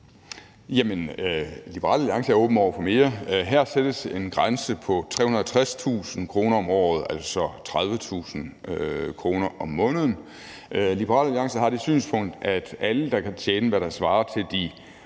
Liberal Alliance er åbne over for mere. Her sættes en grænse på 360.000 kr. om året, altså 30.000 kr. om måneden. Liberal Alliance har det synspunkt, at alle, der kan tjene, hvad der svarer til de